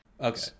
Okay